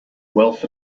wealth